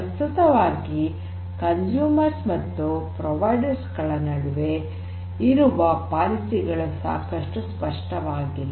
ಪ್ರಸ್ತುತವಾಗಿ ಕನ್ಸೂಮರ್ಸ್ ಮತ್ತು ಪ್ರೊವೈಡರ್ಸ್ ನಡುವೆ ಇರುವ ಪಾಲಿಸಿಗಳು ಸಾಕಷ್ಟು ಸ್ಪಷ್ಟವಾಗಿಲ್ಲ